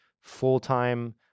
full-time